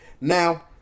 Now